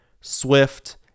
Swift